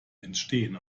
entstehen